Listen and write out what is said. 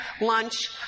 lunch